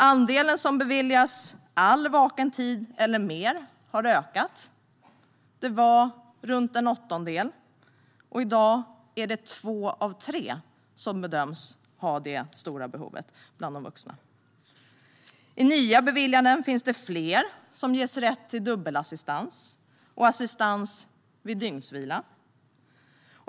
Andelen som beviljas assistans all vaken tid eller mer har ökat. Det var runt en åttondel, och i dag är det två av tre som bedöms ha ett så stort behov bland de vuxna. I nya beviljanden finns fler som ges rätt till dubbelassistans och assistans vid dygnsvila.